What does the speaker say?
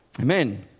Amen